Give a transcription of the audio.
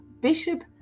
bishop